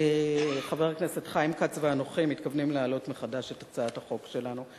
חבר הכנסת חיים כץ ואנוכי מתכוונים להעלות מחדש את הצעת החוק שלנו.